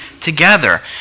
together